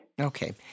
Okay